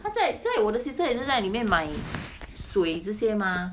她在在我的 sister 也是在里面买水这些 mah